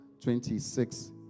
26